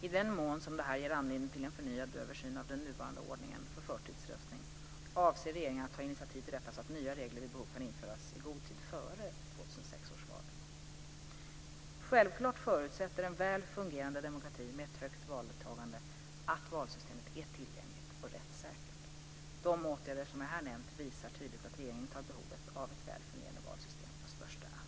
I den mån detta ger anledning till en förnyad översyn av den nuvarande ordningen för förtidsröstning avser regeringen att ta initiativ till detta så att nya regler vid behov kan införas i god tid före 2006 års val. Självklart förutsätter en väl fungerande demokrati med ett högt valdeltagande att valsystemet är tillgängligt och rättssäkert. De åtgärder som jag här nämnt visar tydligt att regeringen tar behovet av ett väl fungerande valsystem på största allvar.